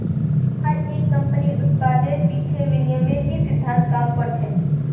हर एक कम्पनीर उत्पादेर पीछे विनिमयेर ही सिद्धान्त काम कर छे